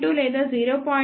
2 లేదా 0